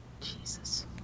Jesus